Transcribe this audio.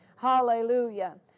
Hallelujah